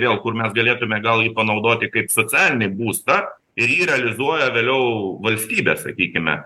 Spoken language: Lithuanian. vėl kur mes galėtume gal jį panaudoti kaip socialinį būstą ir jį realizuoja vėliau valstybė sakykime